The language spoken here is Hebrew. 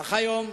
אך היום,